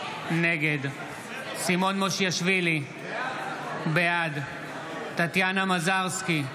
נגד סימון מושיאשוילי, בעד טטיאנה מזרסקי,